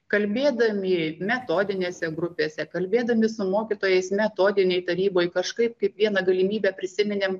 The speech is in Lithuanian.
kalbėdami metodinėse grupėse kalbėdami su mokytojais metodinėj taryboj kažkaip kaip vieną galimybę prisiminėm